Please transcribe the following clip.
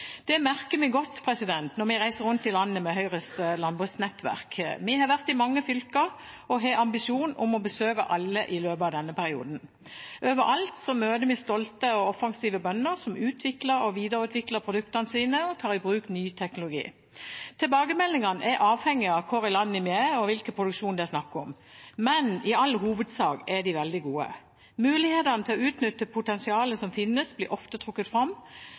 Det merker vi godt når vi reiser rundt i landet med Høyres landbruksnettverk. Vi har vært i mange fylker og har ambisjon om å besøke alle i løpet av denne perioden. Overalt møter vi stolte og offensive bønder som utvikler og videreutvikler produktene sine og tar i bruk ny teknologi. Tilbakemeldingene er avhengig av hvor i landet vi er, og hvilken produksjon det er snakk om, men i all hovedsak er de veldig gode. Mulighetene til å utnytte potensialet som finnes, blir ofte trukket fram.